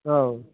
औ